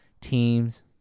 teams